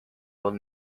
old